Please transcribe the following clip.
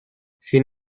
sin